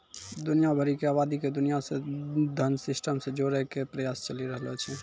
दुनिया भरी के आवादी के दुनिया रो धन सिस्टम से जोड़ेकै प्रयास चली रहलो छै